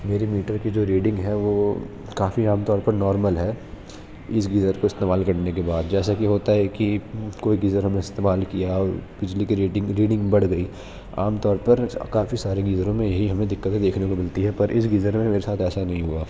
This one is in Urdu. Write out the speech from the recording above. میری میٹر کی جو ریڈنگ ہے وہ کافی عام طورپر نارمل ہے اس گیزر کو استعمال کرنے کے بعد جیسا کہ ہوتا ہے کہ کوئی گیزر ہم نے استعمال کیا اور بجلی کی ریڈنگ ریڈنگ بڑھ گئی عام طور پر کافی سارے گیزروں میں یہی ہمیں دقتیں دیکھنے کو ملتی ہیں پر اس گیزر میں میرے ساتھ ایسا نہیں ہوا